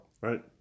Right